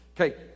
Okay